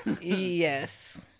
Yes